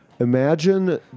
Imagine